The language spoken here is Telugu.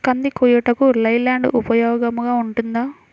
కంది కోయుటకు లై ల్యాండ్ ఉపయోగముగా ఉంటుందా?